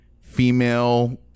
female